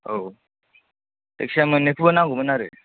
औ जायखिजाया मोननैखौबो नांगौमोन आरो